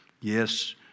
Yes